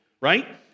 right